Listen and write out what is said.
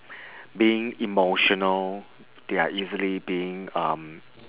being emotional they are easily being um